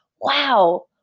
wow